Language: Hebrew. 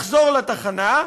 לחזור לתחנה,